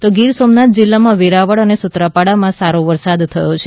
તો ગીર સોમનાથ જિલ્લામાં વેરાવળ અને સુત્રાપાડામાં સારો વરસાદ થયો છે